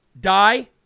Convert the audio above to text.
Die